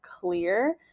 clear